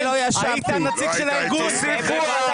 היית נציג של הארגון.